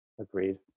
Agreed